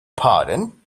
pardon